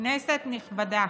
כנסת נכבדה,